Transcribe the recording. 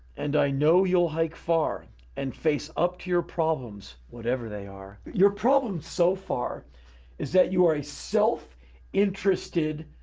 and i know you'll hike far and face up to your problems whatever they are. your problems so far is that you're a self interested,